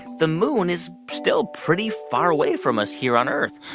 the moon is still pretty far away from us here on earth.